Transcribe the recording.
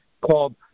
called